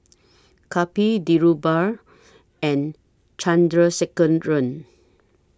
Kapil Dhirubhai and Chandrasekaran